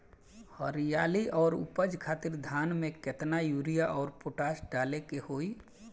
हरियाली और उपज खातिर धान में केतना यूरिया और पोटाश डाले के होई?